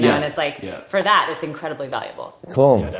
yeah and it's like for that, it's incredibly valuable. cool.